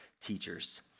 teachers